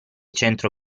centro